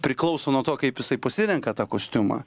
priklauso nuo to kaip jisai pasirenka tą kostiumą